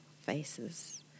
faces